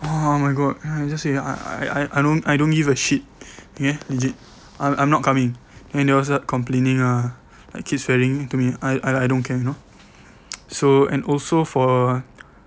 oh my god then I just say I I don't I don't give a shit okay legit I'm I'm not coming then they was like complaining ah keep swearing to me I I don't care you know so and also for